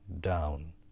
down